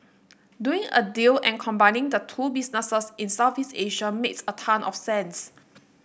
doing a deal and combining the two businesses in Southeast Asia makes a ton of sense